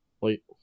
Wait